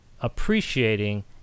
appreciating